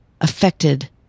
affected